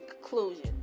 conclusion